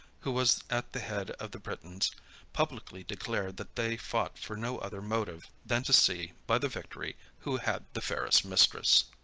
who was at the head of the britons, fifty publicly declared that they fought for no other motive, than to see, by the victory, who had the fairest mistress.